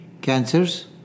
cancers